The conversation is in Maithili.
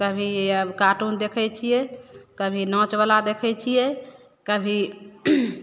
कभी अब कार्टून देखय छियै कभी नाचवला देखय छियै कभी